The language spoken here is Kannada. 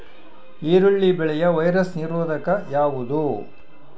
ಈರುಳ್ಳಿ ಬೆಳೆಯ ವೈರಸ್ ರೋಗ ನಿರೋಧಕ ಯಾವುದು?